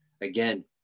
again